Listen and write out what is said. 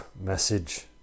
message